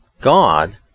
God